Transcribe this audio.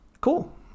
Cool